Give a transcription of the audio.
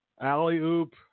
Alley-oop